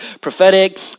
prophetic